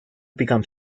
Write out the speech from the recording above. become